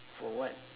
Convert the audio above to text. for what